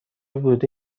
بوده